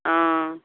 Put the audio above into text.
ஆ